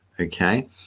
okay